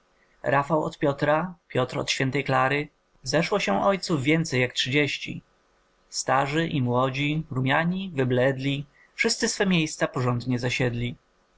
rafał od piotra piotr od świętej klary zeszło się ojców więcej niż trzydzieści starzy i młodzi rumiani wybledli wszyscy swe miejsca porządkiem zasiedli